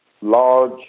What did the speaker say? large